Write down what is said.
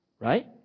right